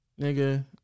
nigga